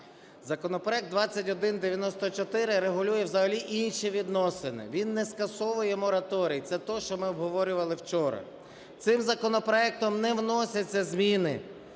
Законопроект 2194 регулює взагалі інші відносини, він не скасовує мораторій, це те, що ми обговорювали вчора. Цим законопроектом не вносяться зміни